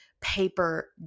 paper